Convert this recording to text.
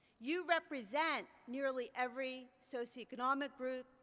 you represent nearly every socioeconomic group,